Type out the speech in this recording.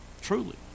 Truly